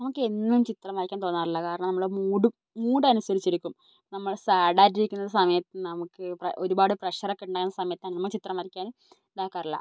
നമുക്ക് എന്നും ചിത്രം വരയ്ക്കാൻ തോന്നാറില്ല കാരണം നമ്മളെ മൂഡും മൂഡ് അനുസരിച്ചിരിക്കും നമ്മൾ സാഡായിട്ട് ഇരിക്കുന്ന സമയത്ത് നമുക്ക് ഒരുപാട് പ്രഷറൊക്കെ ഉണ്ടാകുന്ന സമയത്താണ് നമ്മൾ ചിത്രം വരയ്ക്കാനും ഇതാക്കാറില്ല